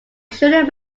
shouldn’t